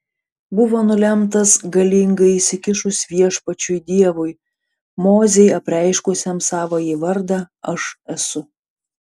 buvo nulemtas galingai įsikišus viešpačiui dievui mozei apreiškusiam savąjį vardą aš esu